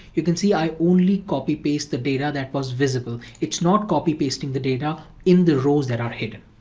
you can see i only copy paste the data that was visible. it's not copy pasting the data in the rows that are hidden.